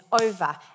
over